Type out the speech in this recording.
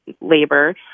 labor